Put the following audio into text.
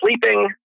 sleeping